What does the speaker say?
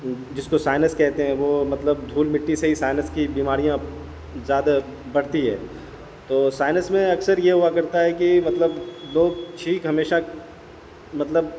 جس کو سائنس کہتے ہیں وہ مطلب دھول مٹی سے ہی سائنس کی بیماریاں زیادہ بڑھتی ہے تو سائنس میں اکثر یہ ہوا کرتا ہے کہ مطلب لوگ چھینک ہمیشہ مطلب